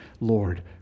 Lord